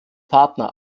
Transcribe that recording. partner